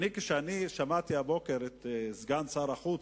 כשאני שמעתי הבוקר את סגן שר החוץ,